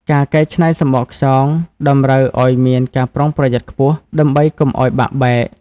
ការកែច្នៃសំបកខ្យងតម្រូវឱ្យមានការប្រុងប្រយ័ត្នខ្ពស់ ដើម្បីកុំឱ្យបាក់បែក។